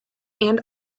and